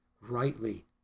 rightly